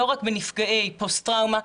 לא רק בנפגעי פוסט-טראומה,